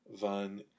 van